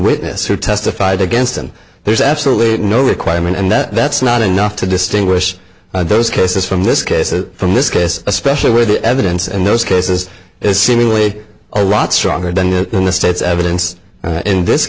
witness who testified against him there's absolutely no requirement and that's not enough to distinguish those cases from this case that from this case especially where the evidence and those cases is seemingly a lot stronger than in the state's evidence in this